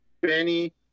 Benny